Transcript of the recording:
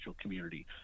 community